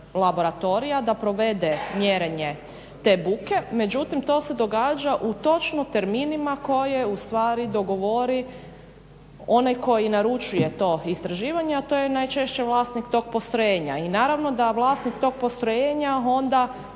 da provede mjerenje te buke, međutim to se događa u točno terminima koje ustvari dogovori onaj koji naručuje to istraživanje, a to je najčešće vlasnik tog postrojenja. I naravno da vlasnik tog postrojenja onda